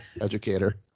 Educator